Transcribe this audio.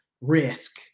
risk